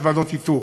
יש ועדות איתור,